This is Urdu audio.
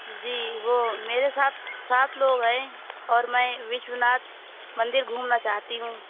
جی وہ میرے ساتھ سات لوگ ہیں اور میں وشوناتھ مندر گھومنا چاہتی ہوں